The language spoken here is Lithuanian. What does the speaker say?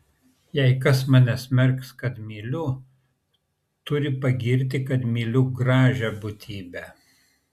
jei kas mane smerks kad myliu turi pagirti kad myliu gražią būtybę